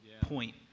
point